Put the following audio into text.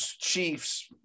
Chiefs